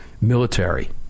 military